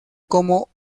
como